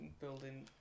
Building